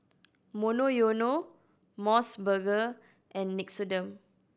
Monoyono Mos Burger and Nixoderm